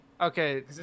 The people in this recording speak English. Okay